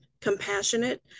compassionate